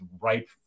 ripe